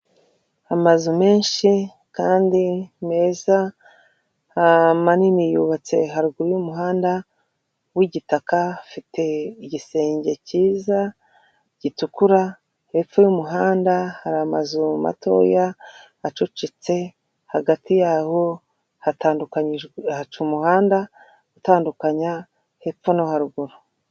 Amazu menshi kandi meza manini yubatse haruguru y'umuhanda wigitaka, afite igisenge cyiza gitukura, hepfo y'umuhanda hari amazu matoya acucitse, hagati yaho hatandukanijwe haca umuhanda utandukanya hepfo no haruguru.